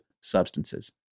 substances